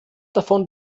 davon